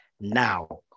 Now